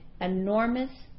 enormous